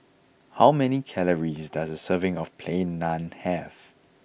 how many calories does a serving of Plain Naan have